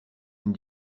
une